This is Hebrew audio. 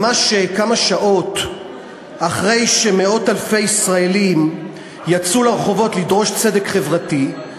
ממש כמה שעות אחרי שמאות אלפי ישראלים יצאו לרחובות לדרוש צדק חברתי,